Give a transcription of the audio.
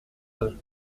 deux